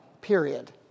period